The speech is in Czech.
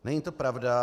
Není to pravda.